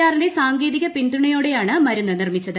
R ന്റെ സാങ്കേതിക പിന്തുണയോടെയാണ് മരുന്ന് നിർമിച്ചത്